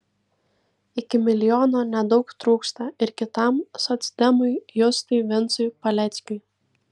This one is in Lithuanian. iki milijono nedaug trūksta ir kitam socdemui justui vincui paleckiui